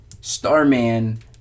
Starman